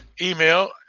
email